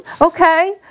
Okay